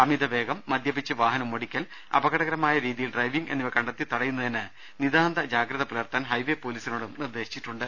അമിതവേഗം മദ്യപിച്ച് വാഹനമോടിക്കൽ അപകടകരമായ രീതിയിൽ ഡ്രൈവിംഗ് എന്നിവ കണ്ടെത്തി തടയുന്നതിന് നിതാന്ത ജാഗ്രത പൂലർത്താൻ ഹൈവേ ഖ്പാലീസിനോടും നിർദ്ദേശിച്ചിട്ടുണ്ട്